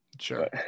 Sure